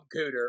Cooter